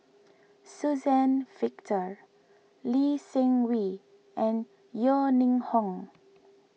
Suzann Victor Lee Seng Wee and Yeo Ning Hong